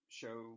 show